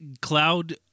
cloud